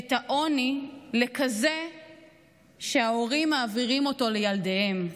את העוני לכזה שההורים מעבירים אותו לילדיהם,